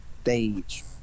stage